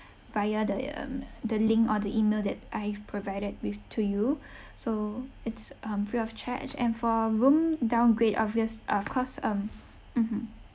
via the um the link or the email that I've provided with to you so it's um free of charge and for room downgrade obvious uh of course um mmhmm